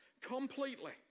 completely